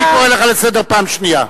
אני קורא לך לסדר פעם שנייה.